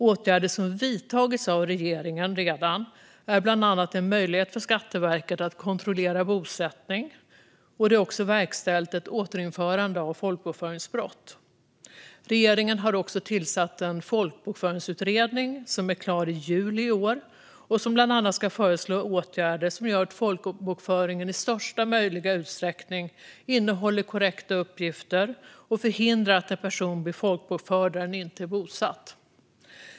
Åtgärder som redan vidtagits av regeringen är bland annat en möjlighet för Skatteverket att kontrollera bosättning, och ett återinförande av folkbokföringsbrott är också verkställt. Regeringen har också tillsatt en folkbokföringsutredning som blir klar i juli i år. Den ska bland annat föreslå åtgärder som gör att folkbokföringen i största möjliga utsträckning innehåller korrekta uppgifter och förhindrar att en person blir folkbokförd där den inte är bosatt.